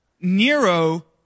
Nero